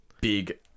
Big